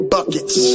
Buckets